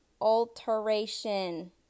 Alteration